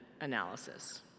analysis